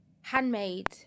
handmade